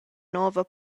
nova